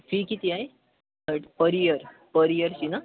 fee किती आहे per per year per ईयरची ना